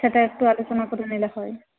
সেটা একটু আলোচনা করে নিলে হয়